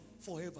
forever